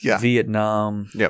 Vietnam